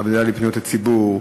הוועדה לפניות הציבור,